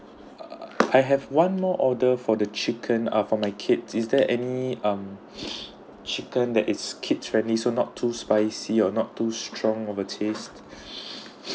uh I have one more order for the chicken ah for my kid is there any um chicken that is kids friendly so not too spicy or not too strong of a taste